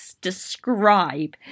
describe